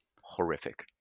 horrific